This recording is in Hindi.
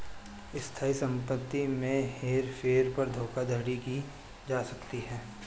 स्थायी संपत्ति में हेर फेर कर धोखाधड़ी की जा सकती है